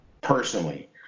personally